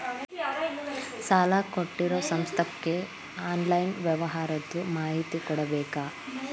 ಸಾಲಾ ಕೊಟ್ಟಿರೋ ಸಂಸ್ಥಾಕ್ಕೆ ಆನ್ಲೈನ್ ವ್ಯವಹಾರದ್ದು ಮಾಹಿತಿ ಕೊಡಬೇಕಾ?